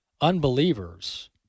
unbelievers